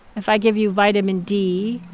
if i give you vitamin d,